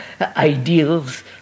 ideals